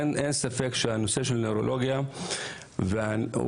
אין ספק שהנושא של נוירולוגיה התפתח